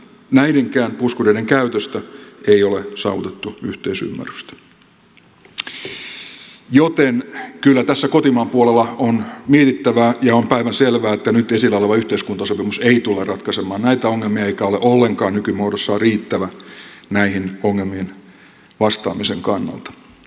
näidenkään puskureiden käytöstä ei ole saavutettu yhteisymmärrystä joten kyllä tässä kotimaan puolella on mietittävää ja on päivänselvää että nyt esillä oleva yhteiskuntasopimus ei tule ratkaisemaan näitä ongelmia eikä ole ollenkaan nykymuodossaan riittävä näihin ongelmiin vastaamisen kannalta